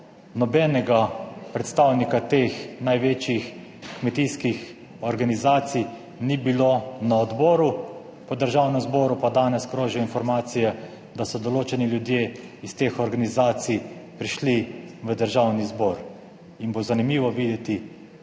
nobenega predstavnika teh največjih kmetijskih organizacij ni bilo na odboru, po Državnem zboru pa danes krožijo informacije, da so določeni ljudje iz teh organizacij prišli v Državni zbor in bo zanimivo videti